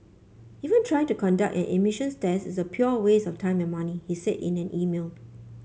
even trying to conduct an emissions test is a pure waste of time and money he said in an email